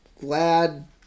glad